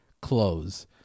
close